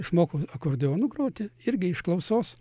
išmokau akordeonu groti irgi iš klausos